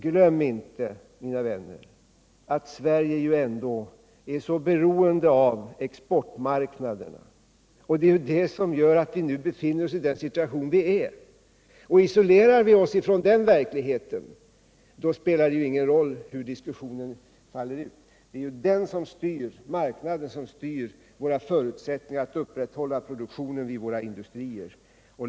Glöm inte, mina vänner, att Sverige ju ändå är så beroende av exportmarknaderna! Det är ju det som gör att vi befinner oss i den nuvarande situationen. Isolerar vi oss från den verkligheten, spelar det ingen roll hur diskussionen faller ut. Det är marknaden som styr möjligheterna att upprätthålla produktionen i våra industrier.